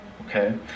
okay